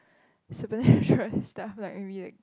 supernatural stuff like maybe like